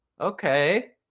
okay